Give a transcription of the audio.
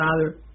father